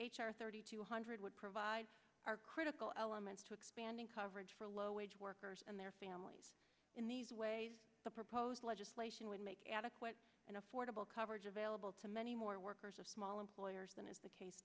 r thirty two hundred would provide are critical elements to expanding coverage for low wage workers and their families in these ways the proposed legislation would make adequate and affordable coverage available to many more workers of small employers than is the case